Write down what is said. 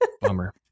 Bummer